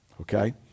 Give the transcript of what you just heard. okay